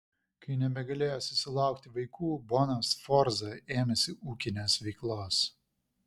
kai nebegalėjo susilaukti vaikų bona sforza ėmėsi ūkinės veiklos